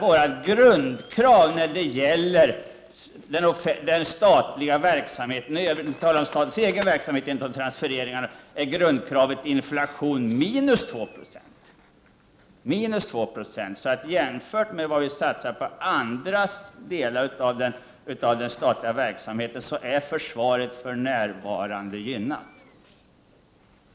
Vårt grundkrav när det gäller den statliga verksamheten i övrigt — vi talar om statens egen verksamhet, inte om transfereringar — är däremot inflation minus 2 70. Jämfört med vad vi satsar på andra delar av den statliga verksamheten är försvaret gynnat för närvarande.